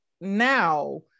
now